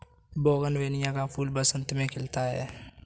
bougainvillea का फूल बसंत में खिलता है